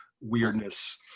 weirdness